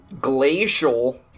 Glacial